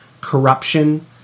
corruption